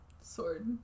sword